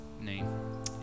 name